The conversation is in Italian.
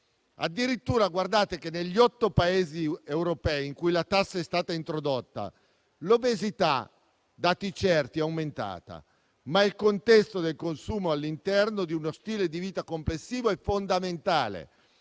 Addirittura negli otto Paesi europei in cui la tassa è stata introdotta l'obesità - secondo dati certi - è aumentata, ma il contesto del consumo all'interno di uno stile di vita complessivo è fondamentale.